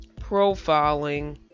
profiling